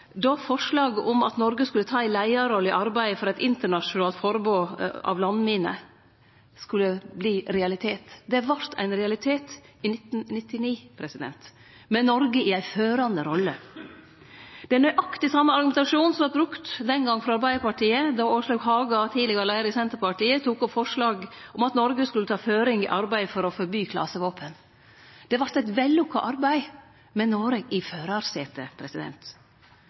då forslaget om at Noreg skulle ta ei leiarrolle i arbeidet for eit internasjonalt forbod mot landminer, skulle verte ein realitet. Det vart ein realitet i 1999, med Noreg i ei førande rolle. Det er nøyaktig same argumentasjonen som vart brukt, den gongen frå Arbeidarpartiet, då Åslaug Haga, tidlegare leiar i Senterpartiet, tok opp forslag om at Noreg skulle ta føring i arbeidet for å forby klasevåpen. Det vart eit vellukka arbeid med Noreg i førarsetet.